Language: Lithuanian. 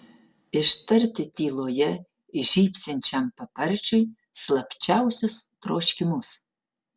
ištarti tyloje žybsinčiam paparčiui slapčiausius troškimus